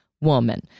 woman